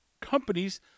companies